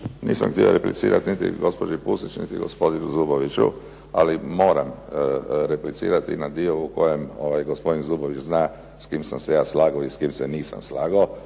Nisam htio replicirati niti gospođi Pusić niti gospodinu Zubovića, ali moram replicirati na dio u kojem gospodin Zubović zna s kim sam se ja slagao i s kime se nisam slagao.